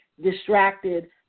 distracted